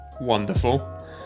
Wonderful